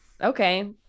Okay